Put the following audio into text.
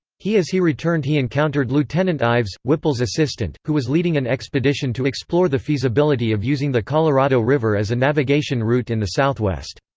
he as he returned he encountered lieutenant ives, whipple's assistant, who was leading an expedition to explore the feasibility of using the colorado river as a navigation route in the southwest.